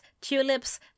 tulips